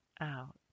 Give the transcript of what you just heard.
out